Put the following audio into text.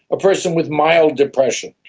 a person with mild depression.